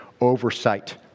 oversight